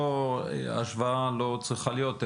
ההשוואה לא צריכה להיות,